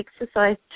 exercise